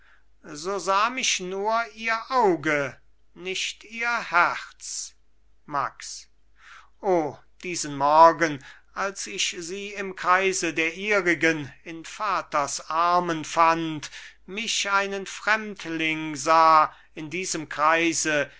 so sah mich nur ihr auge nicht ihr herz max o diesen morgen als ich sie im kreise der ihrigen in vaters armen fand mich einen fremdling sah in diesem kreise